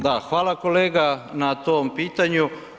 Da, hvala kolega na tom pitanju.